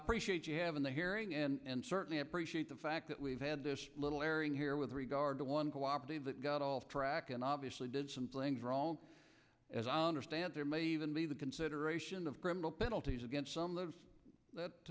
appreciate you having the hearing and certainly appreciate the fact that we've had this little airing here with regard to one cooperative that got off track and obviously did some things wrong as i understand there may even be the consideration of criminal penalties against some lives that